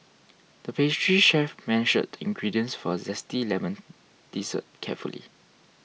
the pastry chef measured the ingredients for a Zesty Lemon Dessert carefully